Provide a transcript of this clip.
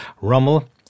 Rommel